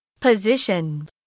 Position